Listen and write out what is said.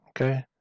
okay